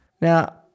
Now